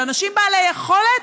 של אנשים בעלי יכולת,